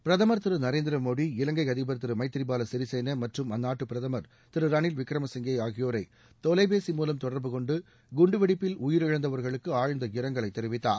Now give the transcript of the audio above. பிரதமர் திரு நரேந்திர மோடி இலங்கை அதிபர் திரு மைத்ரி பால சிறிசேனாமற்றும் அந்நாட்டு பிரதமர் திரு ரணில் விக்கிரமசிங்கேஆகியோரை தொலைபேசி மூலம் தொடர்பு கொண்டு குண்டுவெடிப்பில் உயிரிழந்தவர்களுக்கு ஆழ்ந்த இரங்கலை தெரிவித்தார்